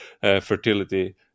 fertility